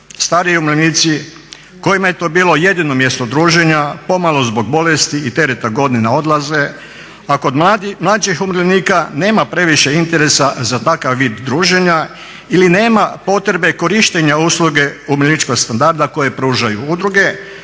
Stariji umirovljenici kojima je to bilo jedino mjesto druženja pomalo zbog bolesti i tereta godina odlaze, a kod mlađih umirovljenika nema previše interesa za takav vid druženja ili nema potrebe korištenja usluge umirovljeničkog standarda koje pružaju udruge